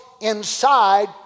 inside